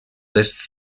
lists